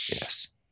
Yes